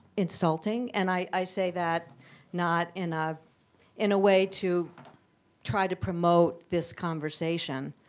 insulting. and i say that not in a in a way to try to promote this conversation.